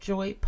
Joy